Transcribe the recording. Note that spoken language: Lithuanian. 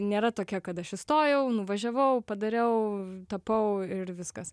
nėra tokia kad aš įstojau nuvažiavau padariau tapau ir viskas